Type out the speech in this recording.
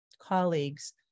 colleagues